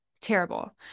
terrible